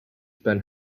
spend